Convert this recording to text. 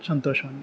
సంతోషం అండీ